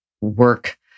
work